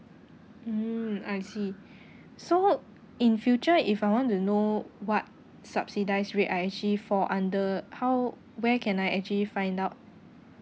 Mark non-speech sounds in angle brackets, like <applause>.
mm I see <breath> so in future if I want to know what subsidised rate I actually fall under how where can I actually find out